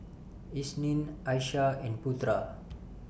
Isnin Aishah and Putra